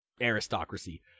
aristocracy